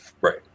Right